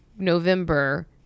November